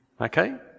Okay